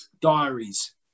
diaries